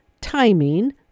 timing